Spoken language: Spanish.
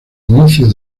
inicio